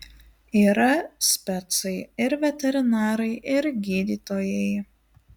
yra specai ir veterinarai ir gydytojai